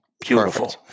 Beautiful